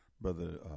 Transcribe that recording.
Brother